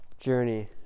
journey